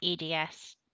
EDS